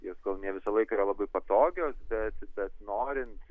jos gal ne visą laiką yra labai patogios bet bet norint